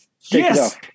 yes